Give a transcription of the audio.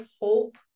hope